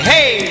Hey